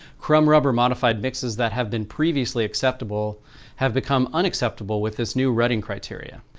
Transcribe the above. crumb rubber modified mixes that have been previously acceptable have become unacceptable with this new reading criteria.